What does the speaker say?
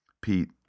Pete